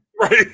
Right